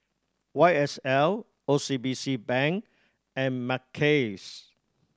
Y S L O C B C Bank and Mackays